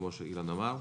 כמו שאילן אמר.